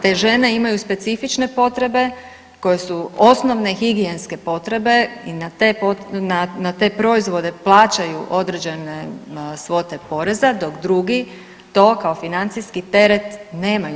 Te žene imaju specifične potrebe koje su osnovne higijenske potrebe i na te proizvode plaćaju određene svote poreza, dok drugi to kao financijski teret nemaju.